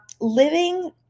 Living